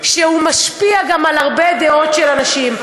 הוא משפיע גם על דעות של הרבה אנשים.